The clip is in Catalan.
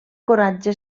coratge